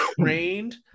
trained